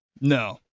No